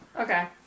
Okay